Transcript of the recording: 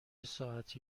ساعتی